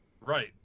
Right